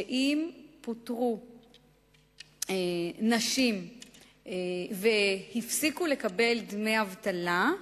שאם פוטרו נשים והפסיקו לקבל דמי אבטלה,